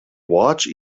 watch